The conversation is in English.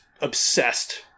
obsessed